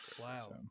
Wow